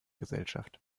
gesellschaft